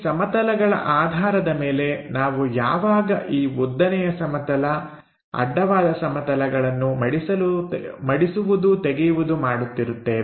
ಈ ಸಮತಲಗಳ ಆಧಾರದ ಮೇಲೆ ನಾವು ಯಾವಾಗ ಈ ಉದ್ದನೆಯ ಸಮತಲ ಅಡ್ಡವಾದ ಸಮತಲಗಳನ್ನು ಮಡಿಸುವುದು ತೆರೆಯುವುದು ಮಾಡುತ್ತಿರುತ್ತೇವೆ